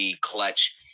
clutch